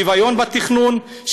שוויון בתכנון,